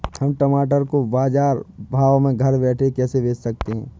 हम टमाटर को बाजार भाव में घर बैठे कैसे बेच सकते हैं?